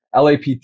LAPT